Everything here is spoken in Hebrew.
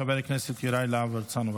חבר הכנסת יוראי להב הרצנו,